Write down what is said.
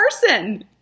person